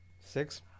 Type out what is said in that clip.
six